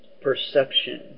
Perception